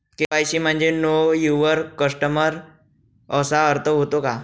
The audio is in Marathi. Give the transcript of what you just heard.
के.वाय.सी म्हणजे नो यूवर कस्टमर असा अर्थ होतो का?